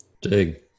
Dig